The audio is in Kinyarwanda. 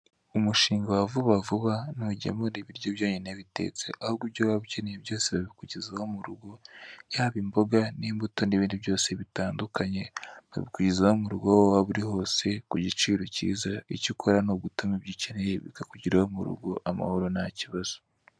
Umushinga wa vuba vuba ntugemura ibiryo byonyine bitetse ahubwo ibyo waba ukeneye byose babikugezaho murugo yaba imboga n'imbuto nibindi byose bitandukanye babikugezaho murugo aho waba uri hose kugiciro kiza, icyo ukora nugutuma ibyo ukeneye bikakugeraho murugo amahoro ntakibazo.